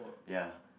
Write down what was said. ya